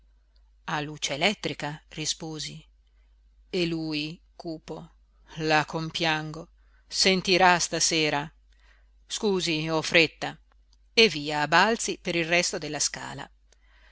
città a luce elettrica risposi e lui cupo la compiango sentirà stasera scusi ho fretta e via a balzi per il resto della scala